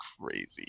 crazy